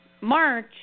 March